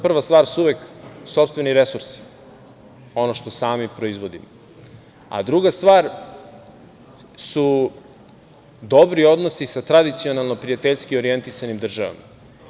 Prva stvar su uvek sopstveni resursi, ono što sami proizvodimo, a druga stvar su dobri odnosi sa tradicionalno orijentisanim državama.